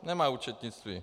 Nemá účetnictví.